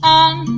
on